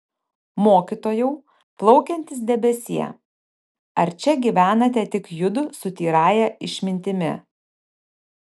mokytojau plaukiantis debesie ar čia gyvenate tik judu su tyrąja išmintimi